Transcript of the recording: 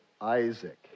Isaac